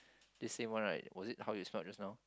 is same one right was it how it spell just now